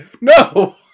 no